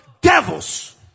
devils